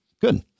good